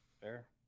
Fair